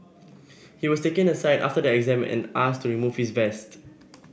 he was taken aside after the exam and asked to remove his vest